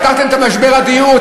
פתרתם את משבר הדיור?